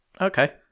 Okay